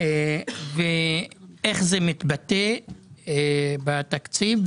איך זה מתבטא בתקציב?